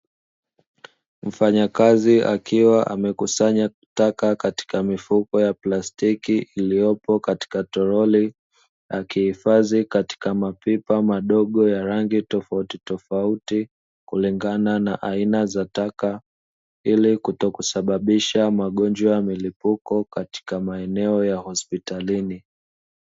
Mfanyakazi akiwa amekusanya taka katika mifuko ya plastiki iliyopo katika torori, akihifadhi katika mapipa madogo ya rangi tofauti tofauti. Kulingana na aina za taka ili kutokusababisha magonjwa ya milipuko katika maeneo ya hospitalini.